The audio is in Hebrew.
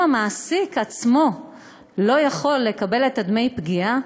המעסיק עצמו לא יכול לקבל את דמי הפגיעה,